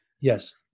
Yes